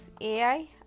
AI